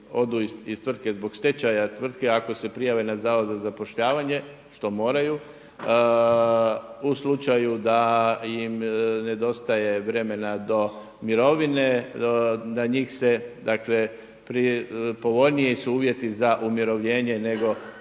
odu iz tvrtke zbog stečaja tvrtke ako se prijave na zavod za zapošljavanje, što moraju, u slučaju da im nedostaje vremena do mirovine da njih se, dakle povoljniji su uvjeti za umirovljenje nego